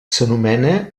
s’anomena